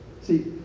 See